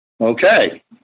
Okay